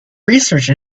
research